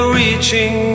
reaching